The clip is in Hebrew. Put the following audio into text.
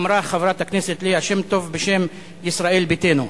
אמרה חברת הכנסת ליה שמטוב בשם ישראל ביתנו.